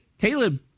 Caleb